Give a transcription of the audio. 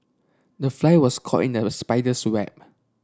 the fly was caught in the spider's web